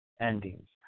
endings